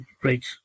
great